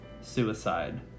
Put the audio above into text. suicide